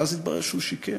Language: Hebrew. ואז התברר שהוא שיקר.